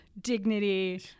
dignity